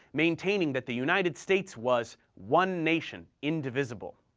maintaining that the united states was one nation, indivisible.